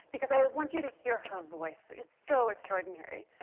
because i want you to hear her voice. it's so extraordinary.